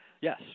Yes